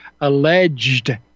alleged